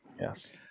Yes